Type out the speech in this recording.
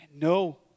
No